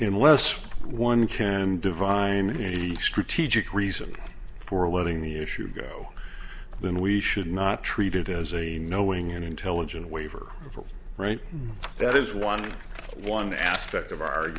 unless one can divine the strategic reason for letting the issue go then we should not treat it as a knowing and intelligent waiver of a right that is one one aspect of our